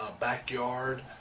backyard